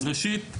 ראשית,